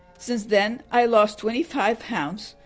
since then i lost twenty five pounds,